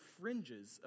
fringes